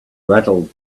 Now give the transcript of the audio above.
rattled